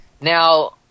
now